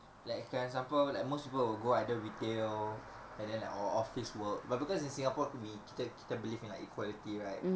like kan siapa like most people will go either retail and then like or office world lah because in singapore we kita kita believe in like equality right